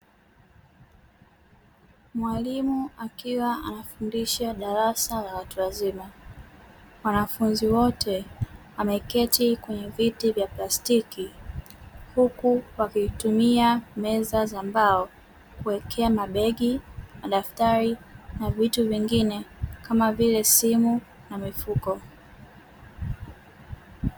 Mwalimu akiwa anafundisha darasa la watu wazima, wanafunzi wote wameketikwenye viti vya plastiki, huku wakitumia meza za mbao kuwekea mabegi, madaftari na vitu vingine, kama vile simu na mifuko.